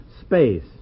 space